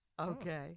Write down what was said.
Okay